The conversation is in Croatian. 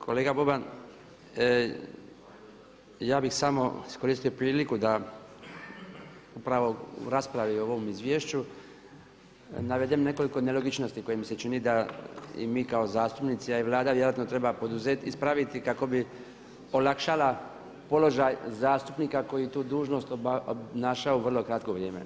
Kolega Boban ja bih samo iskoristio priliku da upravo u raspravi o ovom izvješću navedem nekoliko nelogičnosti koje mi se čini da mi kao zastupnici a i Vlada vjerojatno treba poduzeti, ispraviti kako bi olakšala položaj zastupnika koji tu dužnost obnašaju u vrlo kratko vrijeme.